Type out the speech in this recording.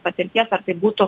patirties ar tai būtų